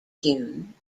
tune